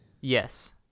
Yes